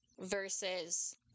versus